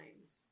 times